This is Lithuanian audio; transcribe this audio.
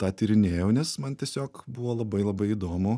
tą tyrinėjau nes man tiesiog buvo labai labai įdomu